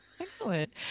Excellent